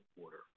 quarter